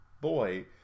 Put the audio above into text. boy